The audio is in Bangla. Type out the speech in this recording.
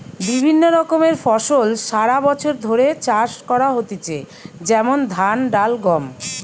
বিভিন্ন রকমের ফসল সারা বছর ধরে চাষ করা হইতেছে যেমন ধান, ডাল, গম